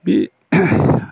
बि